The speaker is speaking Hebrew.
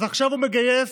אז עכשיו הוא מגייס,